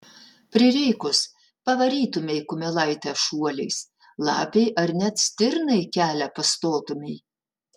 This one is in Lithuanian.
prireikus pavarytumei kumelaitę šuoliais lapei ar net stirnai kelią pastotumei